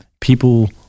people